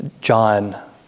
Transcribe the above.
John